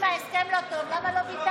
אם ההסכם לא טוב, למה לא ביטלתם?